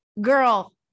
girl